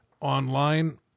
online